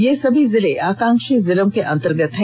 ये सभी जिले आकांक्षी जिलों के अंतर्गत आते हैं